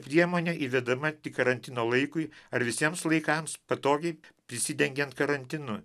priemonė įvedama tik karantino laikui ar visiems laikams patogiai prisidengiant karantinu